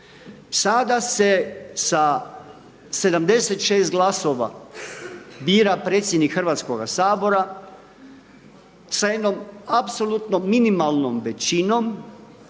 Sada se sa 76 glasova bira predsjednik Hrvatskoga sabora sa jednom apsolutnom minimalnom većinom